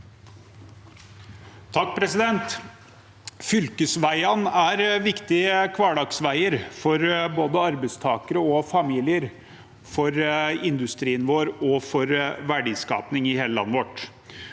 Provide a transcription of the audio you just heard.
Fylkesvei- ene er viktige hverdagsveier for både arbeidstakere og familier, for industrien vår og for verdiskaping i hele landet.